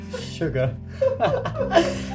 Sugar